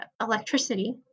electricity